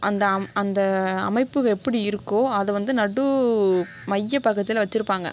அந்த அம் அந்த அமைப்பு எப்படி இருக்கோ அது வந்து நடு மையப்பகுதியில வச்சிருப்பாங்க